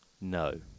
No